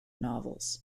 novels